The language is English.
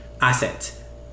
asset